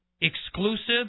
exclusive